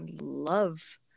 love